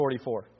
44